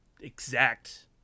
exact